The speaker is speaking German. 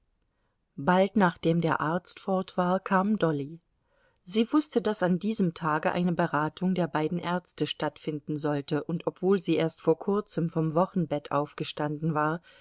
bald nachdem der arzt fort war kam dolly sie wußte daß an diesem tage eine beratung der beiden ärzte stattfinden sollte und obwohl sie erst vor kurzem vom wochenbett aufgestanden war